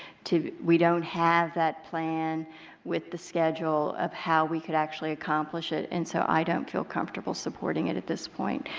we don't have that plan with the schedule of how we could actually accomplish it and so i don't feel comfortable supporting it at this point.